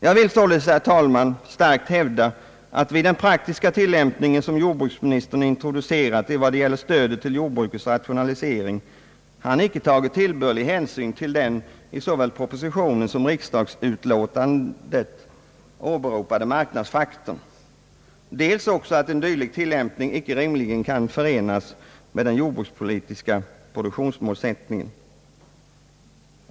Jag vill således, herr talman, starkt hävda att vid den praktiska tillämpning som jordbruksministern introducerat i vad det gäller jordbrukets rationalisering har han icke tagit tillbörlig hänsyn till den i såväl proposition som riksdagens utlåtanden åberopade marknadsfaktorn. Jag hävdar också att en dylik tillämpning icke rimligen kan förenas med den jordbrukspolitiska målsättningen.